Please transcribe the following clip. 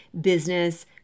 business